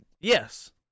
Yes